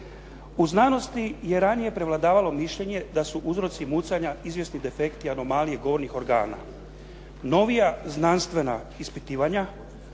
U znanosti je ranije prevladavalo mišljenje da su uzroci mucanja izvjesni defekti, anomalije govornih organa. Novija znanstvena ispitivanja